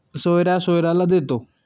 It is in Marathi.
सोयऱ्या सोयऱ्याला देतो